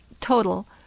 total